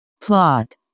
Plot